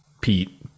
Pete